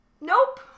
Nope